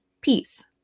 peace